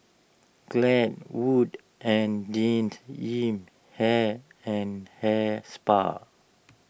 Glade Wood's and Jean Yip Hair and Hair Spa